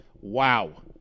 wow